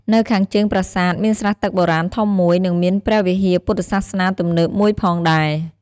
នៅខាងជើងប្រាសាទ មានស្រះទឹកបុរាណធំមួយ និងមានព្រះវិហារពុទ្ធសាសនាទំនើបមួយផងដែរ។